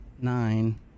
nine